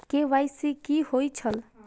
KYC कि होई छल?